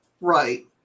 Right